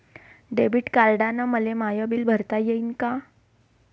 Debit कार्डानं मले माय बिल भरता येईन का?